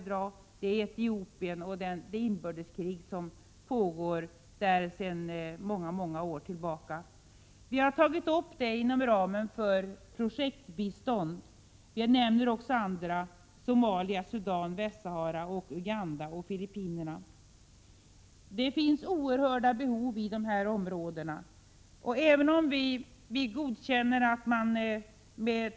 Jag tänker på Etiopien och det inbördeskrig som pågår där sedan många år tillbaka. Vi har tagit upp detta inom ramen för projektbistånd. Jag nämner också andra länder: Somalia, Sudan, Västsahara, Uganda och Filippinerna. Det finns oerhört stora behov i dessa områden.